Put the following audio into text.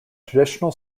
traditional